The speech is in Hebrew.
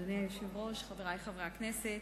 אדוני היושב-ראש, חברי חברי הכנסת,